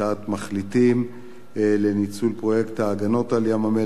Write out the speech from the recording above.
מחליטים לניצול פרויקט ההגנות על ים-המלח,